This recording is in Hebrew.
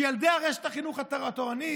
ילדי רשת החינוך התורנית,